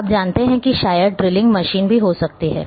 आप जानते हैं कि शायद ड्रिलिंग मशीन भी हो सकता है